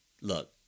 Look